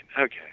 okay